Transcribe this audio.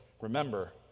remember